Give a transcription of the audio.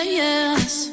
yes